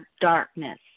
darkness